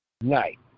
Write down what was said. night